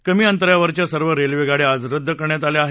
कमी अंतरावरच्या सर्व रेल्वे गाड्या आज रद्द करण्यात आल्या आहेत